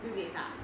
bill gates ah